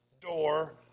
door